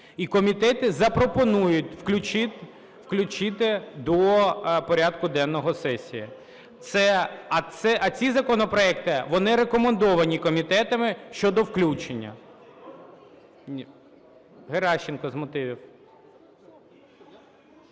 і комітети запропонують включити до порядку денного сесії. А ці законопроекти, вони рекомендовані комітетами щодо включення. Геращенко з мотивів.